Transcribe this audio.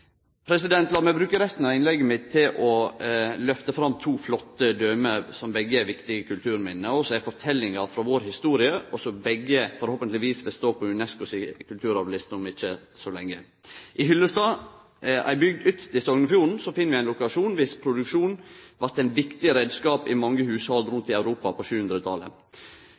meg bruke resten av innlegget mitt til å lyfte fram to flotte døme som begge er viktige kulturminne, som er forteljingar frå vår historie, og som begge forhåpentlegvis vil stå på UNESCO si kulturarvliste om ikkje så lenge. I Hyllestad, ei bygd ytst i Sognefjorden, finn vi ein lokasjon med ein produksjon som blei ein viktig reiskap i mange hushald rundt om i Europa på